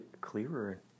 clearer